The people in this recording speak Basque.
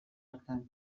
hartan